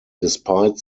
despite